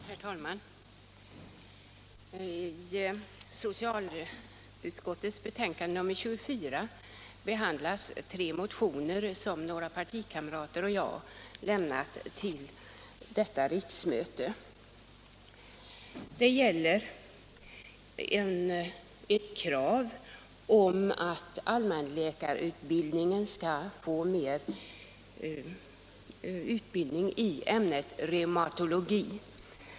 Herr talman! I socialutskottets betänkande nr 24 behandlas tre motioner som några partikamrater och jag lämnat till detta riksmöte. Det gäller ett krav på att allmänläkarna skall få mer utbildning i ämnet reumatologi.